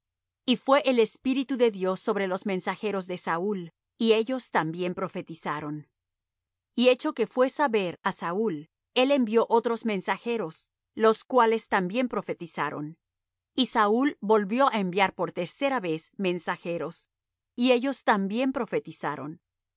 y fué el espíritu de dios sobre los mensajeros de saúl y ellos también profetizaron y hecho que fué saber á saúl él envió otros mensajeros los cuales también profetizaron y saúl volvió á enviar por tercera vez mensajeros y ellos también profetizaron